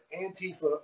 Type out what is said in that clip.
Antifa